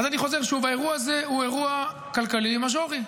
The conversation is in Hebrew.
אני חוזר שוב, האירוע הזה הוא אירוע כלכלי מז'ורי.